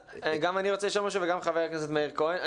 גם אני רוצה לשאול משהו וגם חבר הכנסת מאיר כהן.